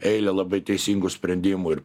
eilę labai teisingų sprendimų ir